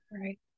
Right